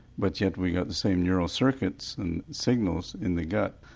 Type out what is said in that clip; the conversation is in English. but yet we've got the same neural circuits and signals in the gut,